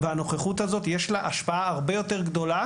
והנוכחות הזאת יש לה השפעה הרבה יותר גדולה